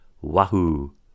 wahoo